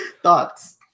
Thoughts